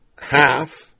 half